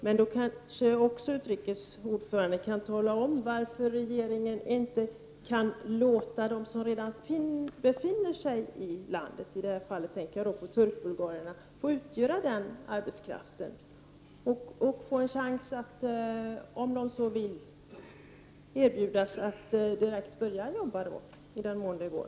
Men då kanske också utrikesutskottets ordförande kan tala om varför regeringen inte kan låta dem som redan befinner sig i landet — och i det här fallet tänker jag på Bulgarienturkarna — få utgöra den arbetskraften och få en chans, om de så vill, att direkt börja jobba, i den mån det går.